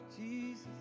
Jesus